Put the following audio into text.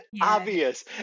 obvious